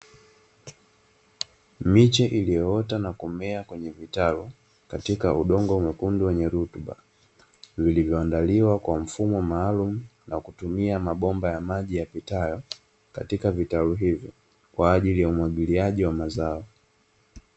Miche iliyoota na kumea kwenye vitalu, katika udongo mwekundu wenye rutuba, vilivyoandaliwa kwa mfumo maalum na kutumia mabomba ya maji yapitayo katika vitalu hivyo kwaajili ya umwagiliaji wa mazao.